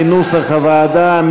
כנוסח הוועדה.